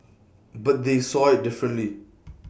but they saw IT differently